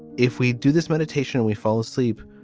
if we do this meditation, we fall asleep.